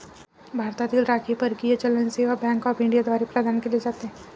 भारतातील राखीव परकीय चलन सेवा बँक ऑफ इंडिया द्वारे प्रदान केले जाते